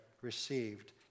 received